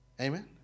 Amen